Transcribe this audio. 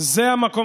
לפתרון הסכסוך,